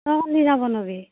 তই কোনদিনা বনাবি